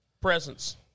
presents